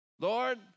Lord